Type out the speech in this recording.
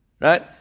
Right